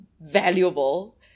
valuable